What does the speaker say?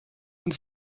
und